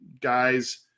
guys